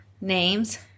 names